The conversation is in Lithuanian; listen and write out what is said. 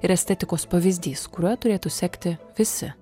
ir estetikos pavyzdys kuriuo turėtų sekti visi